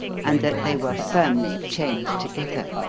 and that they were firmly chained together.